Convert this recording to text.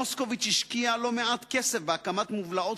מוסקוביץ השקיע לא מעט כסף בהקמת מובלעות